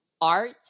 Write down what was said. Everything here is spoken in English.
art